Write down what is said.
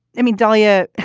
i mean, dalia,